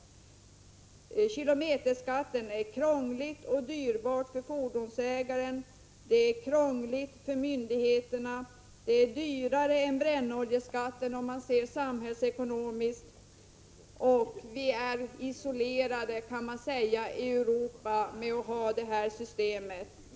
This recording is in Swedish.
Kilometerskatten är krånglig och dyrbar för fordonsägaren, den är krånglig för myndigheterna och den är samhällsekonomiskt dyrare än brännoljeskatten. Vi är också ensamma i Europa om att ha detta system.